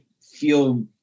feel